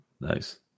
Nice